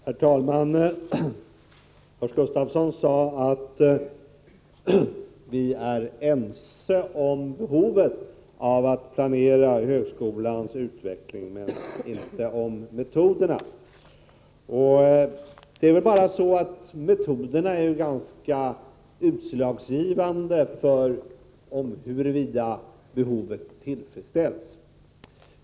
Herr talman! Lars Gustafsson sade att vi är ense om behovet att planera högskolans utveckling men inte om metoderna. Det är bara det att metoderna är ganska utslagsgivande för huruvida behoven tillfredsställs.